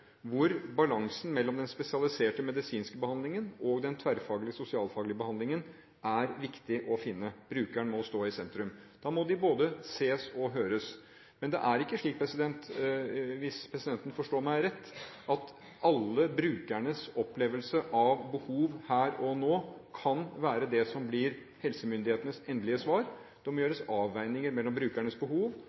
hvor balansen mellom den spesialiserte medisinske behandlingen og den tverrfaglige, sosialfaglige behandlingen er viktig å finne. Brukeren må stå i sentrum. Da må de både ses og høres. Men det er ikke slik, og forstå meg rett, at alle brukeres opplevelse av behov her og nå kan være det som blir helsemyndighetenes endelige svar. Det må gjøres avveininger mellom brukernes behov